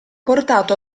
portato